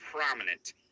prominent